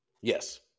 Yes